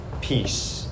peace